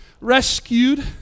rescued